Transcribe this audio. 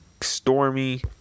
stormy